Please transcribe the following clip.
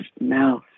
mouth